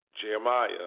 Jeremiah